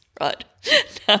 Right